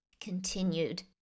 continued